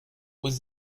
aux